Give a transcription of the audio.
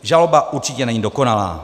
Žaloba určitě není dokonalá.